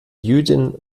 jüdin